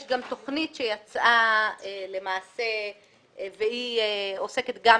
יש גם תוכנית שיצאה למעשה והיא עוסקת גם